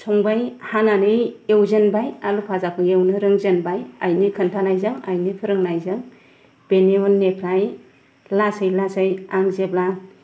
संबाय हानानै एवजेनबाय आलु फाजाखौ एवनो रोंजेनबाय आइनि खोन्थानायजों आइनि फोरोंनायजों बेनि उननिफ्राय लासै लासै आं जेब्ला